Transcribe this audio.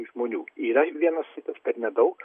žmonių yra vienas kitas bet nedaug